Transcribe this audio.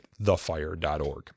thefire.org